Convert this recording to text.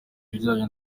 ibijyanye